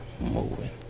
moving